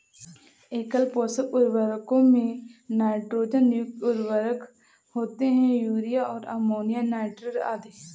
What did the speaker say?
एकल पोषक उर्वरकों में नाइट्रोजन युक्त उर्वरक होते है, यूरिया और अमोनियम नाइट्रेट आदि